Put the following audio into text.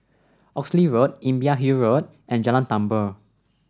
Oxley Road Imbiah Hill Road and Jalan Tambur